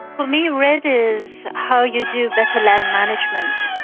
me, redd is how you do better land management.